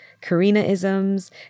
Karina-isms